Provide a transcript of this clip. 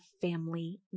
family